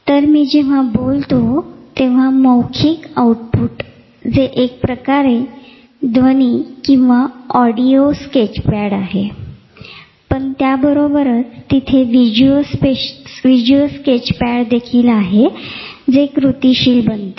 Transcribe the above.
तर मी जेंव्हा बोलतो तेंव्हा मौखिक आउटपुट जे एका प्रकारे ध्वनी ऑडिओ स्केचपॅड आहे पण त्याचबरोबर तिथे विज्युअल स्केचपॅडदेखील आहे जे कृतीशील बनते